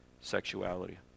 sexuality